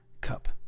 cup